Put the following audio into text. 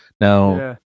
Now